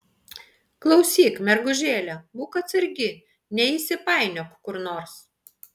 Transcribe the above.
klausyk mergužėle būk atsargi neįsipainiok kur nors